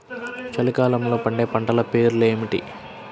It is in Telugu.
చలికాలంలో పండే పంటల పేర్లు ఏమిటీ?